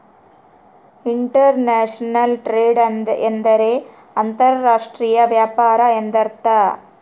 inter national trade ಎಂದರೆ ಅಂತರ್ ರಾಷ್ಟ್ರೀಯ ವ್ಯಾಪಾರ ಎಂದರ್ಥ